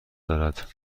دارد